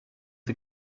the